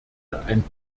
ein